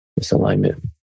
misalignment